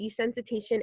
desensitization